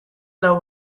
lau